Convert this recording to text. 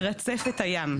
תרצף את הים".